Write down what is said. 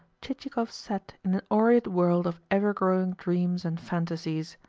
chichikov sat in an aureate world of ever-growing dreams and fantasies.